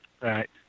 Right